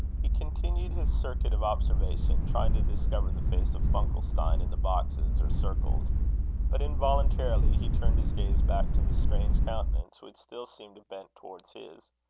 he continued his circuit of observation, trying to discover the face of funkelstein in the boxes or circles but involuntarily he turned his gaze back to the strange countenance, which still seemed bent towards his.